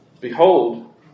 Behold